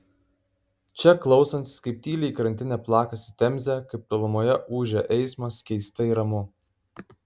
čia klausantis kaip tyliai į krantinę plakasi temzė kaip tolumoje ūžia eismas keistai ramu